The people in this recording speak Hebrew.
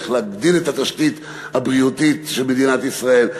איך להגדיל את התשתית הבריאותית של מדינת ישראל,